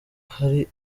hari